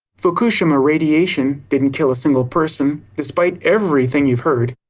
fukushima radiation didn't kill a single person, despite everything you've heard.